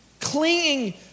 clinging